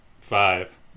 Five